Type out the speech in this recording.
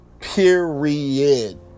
period